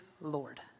Lord